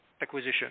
acquisition